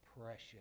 precious